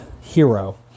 hero